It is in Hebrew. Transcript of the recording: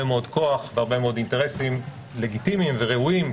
מאוד כוח ואינטרסים לגיטימיים וראויים,